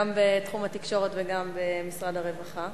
גם בתחום התקשורת וגם במשרד הרווחה.